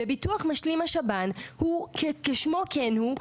וביטוח משלים השב"ן כשמו כן הוא,